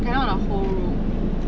but cannot the whole room